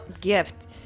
gift